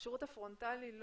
שהשירות הפרונטלי,